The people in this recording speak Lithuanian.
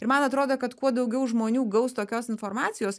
ir man atrodo kad kuo daugiau žmonių gaus tokios informacijos